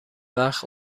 وقت